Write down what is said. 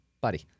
buddy